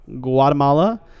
Guatemala